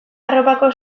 arropako